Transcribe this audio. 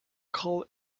call